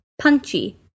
Punchy